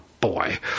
boy